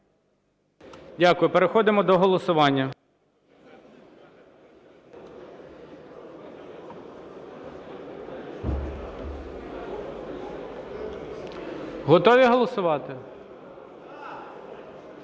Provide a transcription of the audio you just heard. Дякую. Переходимо до голосування. Готові голосувати?